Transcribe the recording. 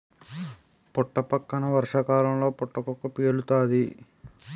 పుట్టపక్కన వర్షాకాలంలో పుటకక్కు పేలుతాది